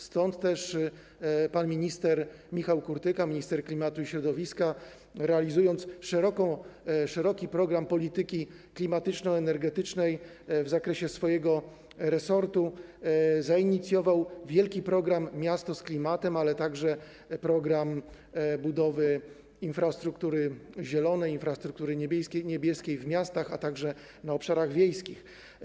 Stąd też pan Michał Kurtyka, minister klimatu i środowiska, realizując szeroki program polityki klimatyczno-energetycznej w zakresie swojego resortu, zainicjował wielki program „Miasto z klimatem”, ale także program budowy infrastruktury zielonej i infrastruktury niebieskiej w miastach, a także na obszarach wiejskich.